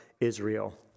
Israel